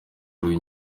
habaho